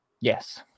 Yes